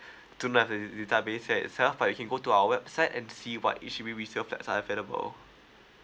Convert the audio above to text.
don't have the the database set itself but you can go to our website and see what H_D_B resale flat are available